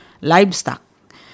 livestock